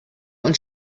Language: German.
und